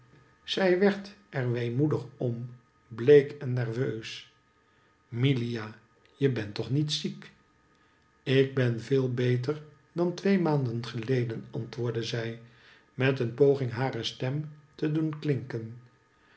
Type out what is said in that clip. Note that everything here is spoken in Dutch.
zij werd er weemoedig om bleek en nerveus milia je bent toch niet ziek ik ben veel beter dan twee maanden geleden antwoordde zij met een poging hare stem te doen klinken